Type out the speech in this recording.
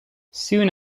soon